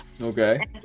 Okay